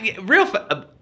real